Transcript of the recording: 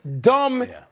dumb